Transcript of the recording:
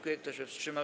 Kto się wstrzymał?